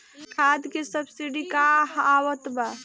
खाद के सबसिडी क हा आवत बा?